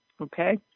Okay